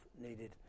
needed